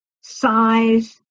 size